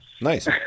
Nice